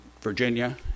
Virginia